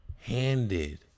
handed